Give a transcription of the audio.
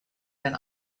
been